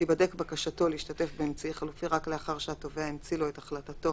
תיבדק בקשתו להשתתף באמצעי חלופי רק לאחר שהתובע המציא לו את החלטתו